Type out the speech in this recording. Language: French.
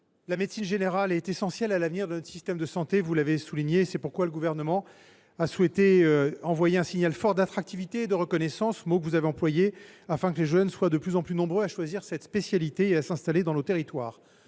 la médecine générale est essentielle à l’avenir de notre système de santé. C’est pourquoi le Gouvernement a souhaité envoyer un signal fort d’attractivité et de reconnaissance – c’est un terme que vous avez employé –, afin que les jeunes soient de plus en plus nombreux à choisir cette voie et à s’installer dans nos territoires.